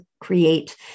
create